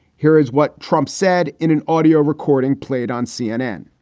here is what trump said in an audio recording played on cnn